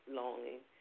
longing